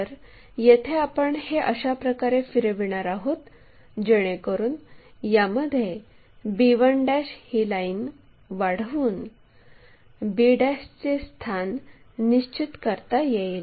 तर येथे आपण हे अशा प्रकारे फिरविणार आहोत जेणेकरून यामध्ये b1' ही लाईन वाढवून b चे स्थान निश्चित करता येईल